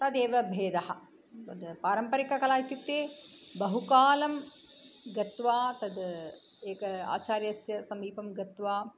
तदेव भेदः तद् पारम्परिककला इत्युक्ते बहुकालं गत्वा तद् एकः आचार्यस्य समीपं गत्वा